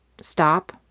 stop